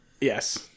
Yes